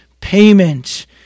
payment